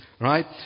right